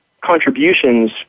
contributions